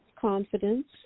confidence